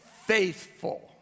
faithful